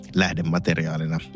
lähdemateriaalina